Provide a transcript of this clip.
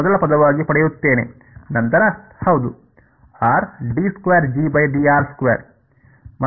ಆದ್ದರಿಂದ ನಾನು ಅನ್ನು ಮೊದಲ ಪದವಾಗಿ ಪಡೆಯುತ್ತೇನೆ